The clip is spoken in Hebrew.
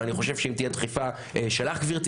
אבל אני חושב שאם תהיה דחיפה שלך גברתי